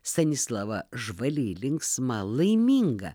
stanislava žvali linksma laiminga